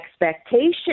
expectation